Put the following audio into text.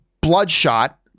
Bloodshot